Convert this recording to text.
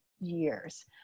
Years